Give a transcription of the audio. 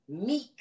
meek